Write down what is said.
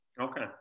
Okay